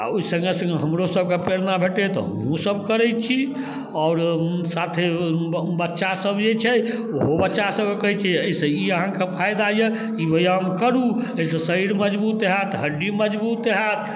आओर ओहि सङ्गे सङ्गे हमरोसबके प्रेरणा भेटैए तऽ हमहूँसब करै छी आओर साथे बच्चासब जे छै ओहो बच्चासबके कहै छिए जे एहिसँ ई अहाँके फाइदा अइ ई व्यायाम करू तऽ एहिसँ शरीर मजबूत हैत हड्डी मजबूत हैत